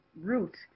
root